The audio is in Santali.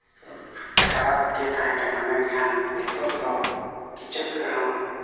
ᱠᱷᱟᱨᱟᱯ ᱜᱮ ᱛᱟᱦᱮᱸ ᱠᱟᱱᱟ ᱢᱮᱱᱠᱷᱟᱱ ᱱᱤᱛᱚᱜ ᱫᱚ ᱠᱤᱪᱷᱩᱠ ᱨᱮᱦᱚᱸ